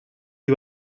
you